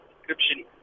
description